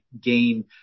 gain